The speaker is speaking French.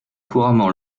couramment